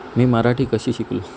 मी मराठी कशी शिकलो